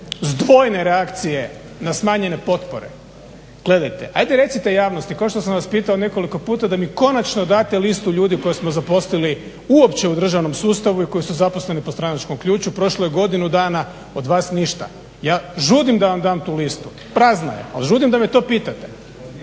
zdvojne reakcije na smanjene potpore, gledajte, ajde recite javnosti kao što sam vas pitao nekoliko puta da mi konačno date listu ljudi koje smo zaposlili uopće u državnom sustavu i koji su zaposleni po stranačkom ključu. Prošlo je godinu dana, od vas ništa. Ja žudim da vam da tu listu, prazna je, ali žudim da me to pitate.